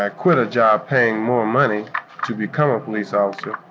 ah quit a job paying more money to become a police ah yeah